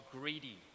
greedy